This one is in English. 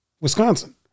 Wisconsin